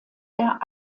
der